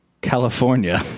california